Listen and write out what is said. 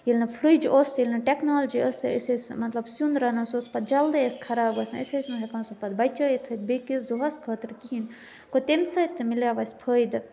ییلہِ نہٕ فرٛج اوس ییٚلہِ نہٕ ٹیکنالجی ٲسۍ أسۍ ٲسۍ مطلب سیُن رَنان سُہ اوس پَتہٕ جلدی اَسہِ خراب گژھان أسۍ ٲسۍ نہٕ ہٮ۪کان سُہ پَتہٕ بچٲوِتھ بیٚیِس دۄہَس خٲطرِٕ کِہیٖنٛۍ گوٚو تَمہِ سۭتۍ تہِ میلایو اَسہِ فٲیدٕ